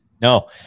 No